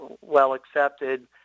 well-accepted